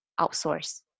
outsource